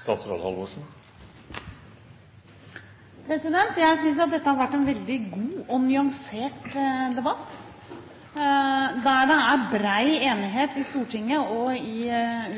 Stortinget og i